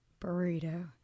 Burrito